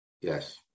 Yes